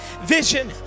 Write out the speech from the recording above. vision